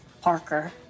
Parker